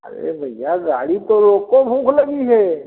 अरे भैया गाड़ी तो रोको भूख लगी है